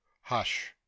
Hush